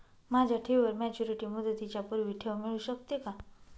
माझ्या ठेवीवर मॅच्युरिटी मुदतीच्या पूर्वी ठेव मिळू शकते का?